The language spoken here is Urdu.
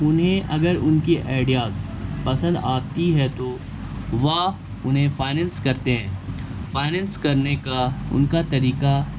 انہیں اگر ان کی آئیڈیاز پسند آتی ہے تو واہ انہیں فائنینس کرتے ہیں فائنینس کرنے کا ان کا طریقہ